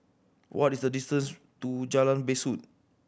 what is the distance to Jalan Besut